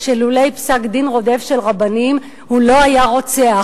שלולא פסק דין רודף של רבנים הוא לא היה רוצח.